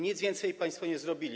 Nic więcej państwo nie zrobili.